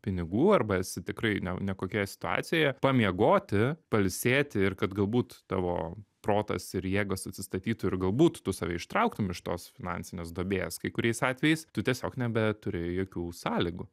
pinigų arba esi tikrai ne ne kokioje situacijoje pamiegoti pailsėti ir kad galbūt tavo protas ir jėgos atsistatytų ir galbūt tu save ištrauktum iš tos finansinės duobės kai kuriais atvejais tu tiesiog nebeturi jokių sąlygų